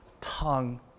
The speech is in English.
tongue